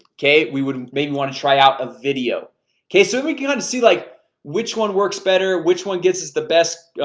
okay, we would maybe want to try out a video okay so we can and see like which one works better? which one gets us the best?